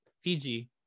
fiji